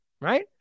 right